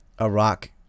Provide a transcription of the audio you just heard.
Iraq